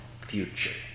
future